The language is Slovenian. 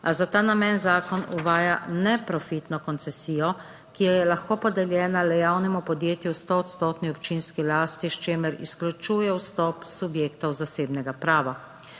a za ta namen zakon uvaja neprofitno koncesijo, ki jo je lahko podeljena le javnemu podjetju v stoodstotni občinski lasti, s čimer izključuje vstop subjektov zasebnega prava.